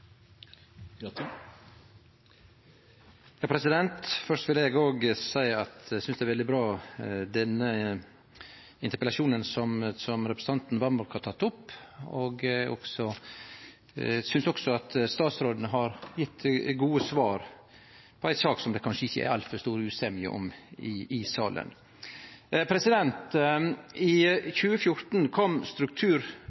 Først vil eg òg seie at eg synest det er veldig bra med denne interpellasjonen som representanten Vamraak har teke opp. Eg synest også at statsråden har gjeve gode svar i ei sak som det kanskje ikkje er altfor stor usemje om i salen. I 2014 kom strukturreforma i